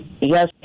Yes